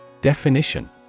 Definition